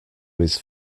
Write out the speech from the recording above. his